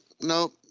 no